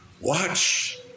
watch